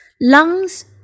Lungs